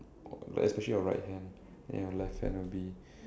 like especially your right hand then your left hand will be